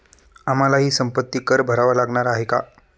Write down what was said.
आम्हालाही संपत्ती कर भरावा लागणार आहे का?